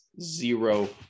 zero